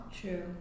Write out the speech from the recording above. True